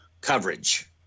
coverage